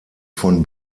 von